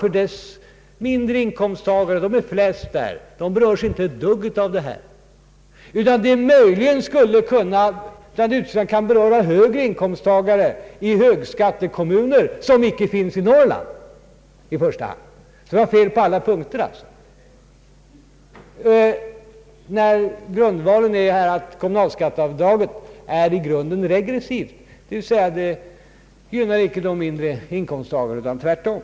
Resonemanget skulle möjligen kunna gälla vissa högre inkomsttagare i högskattekommuner, men de finns ju inte i första hand i Norrland. Kommunalskatteavdraget är i grunden regressivt, d.v.s. det gynnar icke mindre inkomsttagare utan tvärtom.